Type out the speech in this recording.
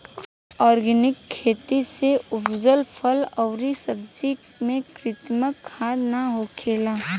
organic खेती से उपजल फल अउरी सब्जी में कृत्रिम खाद ना होखेला